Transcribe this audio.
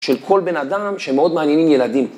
של כל בן אדם שמאוד מעניינים ילדים.